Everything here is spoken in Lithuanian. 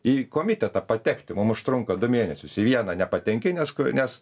į komitetą patekti mum užtrunka du mėnesius į vieną nepatenki nes ku nes